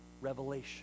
revelation